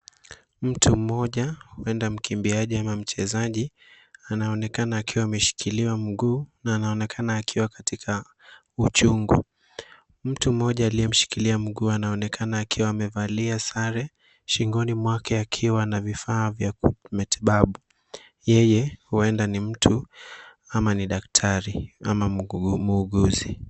Mtu mmoja uenda mkimbiaje ama mchezaji anaonekana akiwa ameshikiliwa mguu na anaonekana akiwa katika uchungu ,mtu mmoja aliyemshikilia mguu anaonekana akiwa amevalia sare shingoni mwake akiwa na vifaa vy matibabu ,yeye huenda ni mtu ama ni daktari ama muuguzi.